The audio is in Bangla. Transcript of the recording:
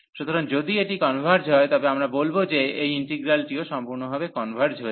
সুতরাং যদি এটি কনভার্জ হয় তবে আমরা বলব যে এই ইন্টিগ্রলাটিও সম্পূর্ণভাবে কনভার্জ হয়েছে